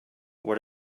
what